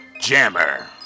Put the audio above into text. Jammer